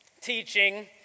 teaching